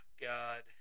God